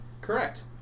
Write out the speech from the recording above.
Correct